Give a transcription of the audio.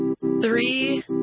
three